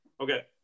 Okay